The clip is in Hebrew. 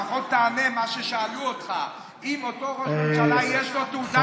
לפחות תענה מה ששאלו אותך: אם לאותו ראש ממשלה יש תעודת מחלים,